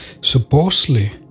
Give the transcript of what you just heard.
Supposedly